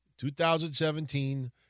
2017